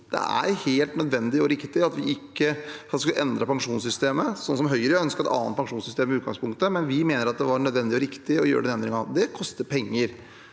Det er helt nødvendig og riktig å endre pensjonssystemet. Høyre ønsket et annet pensjonssystem i utgangspunktet, men vi mener det var nødvendig og riktig å gjøre den endringen. Det koster penger,